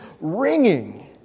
ringing